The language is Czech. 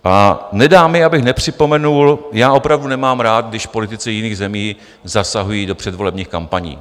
A nedá mi, abych nepřipomenul já opravdu nemám rád, když politici jiných zemí zasahují do předvolebních kampaní.